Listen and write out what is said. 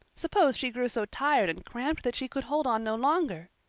suppose she grew so tired and cramped that she could hold on no longer!